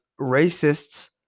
racists